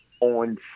on